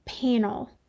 panel